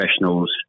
professionals